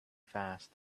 fast